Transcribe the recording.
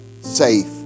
safe